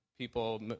People